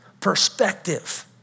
Perspective